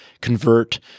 convert